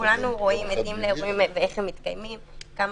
כולנו רואים איך מתקיימים האירועים.